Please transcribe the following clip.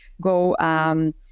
go